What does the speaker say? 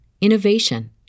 innovation